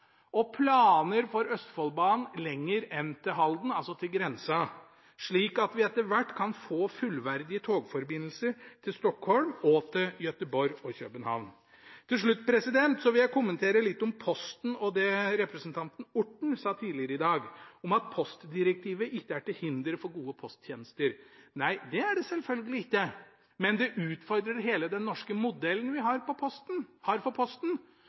og Østfoldbanen lenger enn til Halden, altså til grensen, slik at vi etter hvert kan få fullverdige togforbindelser til Stockholm, Gøteborg og København. Til slutt vil jeg kommentere litt om posten og det representanten Orten sa tidligere i dag, at postdirektivet ikke er til hinder for gode posttjenester. Nei, det er det selvfølgelig ikke, men det utfordrer hele den norske modellen vi har for Posten,